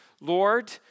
Lord